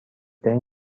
ترین